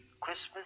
christmas